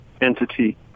entity